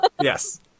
Yes